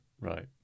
right